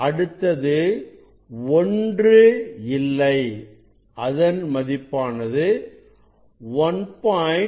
அடுத்தது ஒன்று இல்லை அதன் மதிப்பானது 1